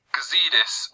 Gazidis